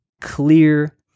clear